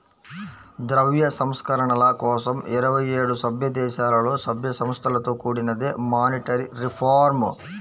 ద్రవ్య సంస్కరణల కోసం ఇరవై ఏడు సభ్యదేశాలలో, సభ్య సంస్థలతో కూడినదే మానిటరీ రిఫార్మ్